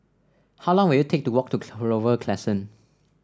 how long will it take to walk to Clover Crescent